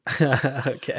okay